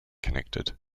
connected